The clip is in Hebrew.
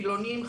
חילונים,